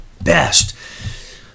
best